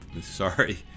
sorry